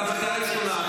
אתה בקריאה ראשונה.